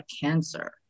cancer